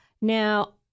Now